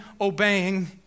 obeying